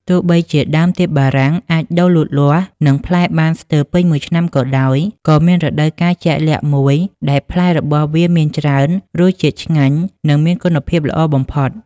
ទោះបីជាដើមទៀបបារាំងអាចដុះលូតលាស់ និងផ្លែបានស្ទើរពេញមួយឆ្នាំក៏ដោយ ក៏មានរដូវកាលជាក់លាក់មួយដែលផ្លែរបស់វាមានច្រើន រសជាតិឆ្ងាញ់ និងមានគុណភាពល្អបំផុត។